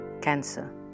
cancer